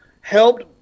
helped